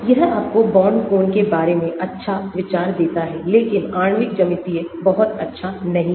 यह आपको बॉन्ड कोण के बारे में अच्छा विचार देता है लेकिन आणविक ज्यामिति बहुत अच्छा नहीं है